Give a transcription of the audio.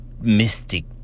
mystic